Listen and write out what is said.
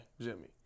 Jimmy